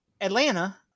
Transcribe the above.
Atlanta